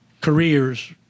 careers